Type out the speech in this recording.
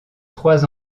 trois